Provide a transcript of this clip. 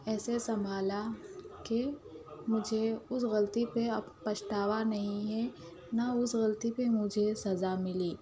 ایسے سنبھالا کہ مجھے اس غلطی پہ اب پچھتاوا نہیں ہے نہ اس غلطی پہ مجھے سزا ملی